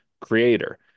creator